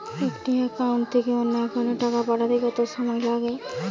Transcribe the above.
একটি একাউন্ট থেকে অন্য একাউন্টে টাকা পাঠাতে কত সময় লাগে?